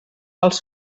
els